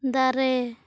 ᱫᱟᱨᱮ